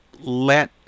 let